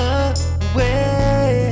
away